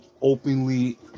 Openly